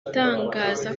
itangaza